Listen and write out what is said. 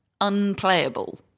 unplayable